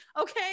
Okay